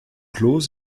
clos